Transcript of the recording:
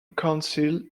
council